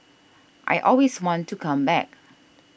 I always want to come back